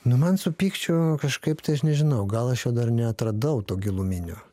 nu man su pykčiu kažkaip tai aš nežinau gal aš jo dar neatradau to giluminio